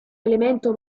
elemento